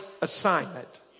assignment